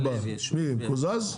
רביזיה.